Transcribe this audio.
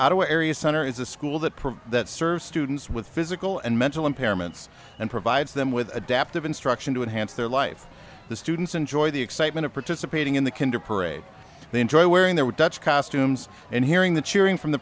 outer areas center is a school that provide that serves students with physical and mental impairments and provides them with adaptive instruction to enhance their life the students enjoy the excitement of participating in the kinda parade they enjoy wearing their with dutch costumes and hearing the cheering from the